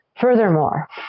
Furthermore